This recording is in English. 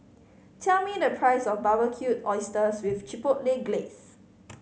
tell me the price of Barbecued Oysters with Chipotle Glaze